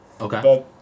Okay